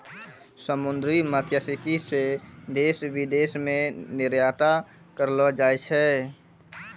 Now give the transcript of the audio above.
समुन्द्री मत्स्यिकी से देश विदेश मे निरयात करलो जाय छै